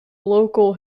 local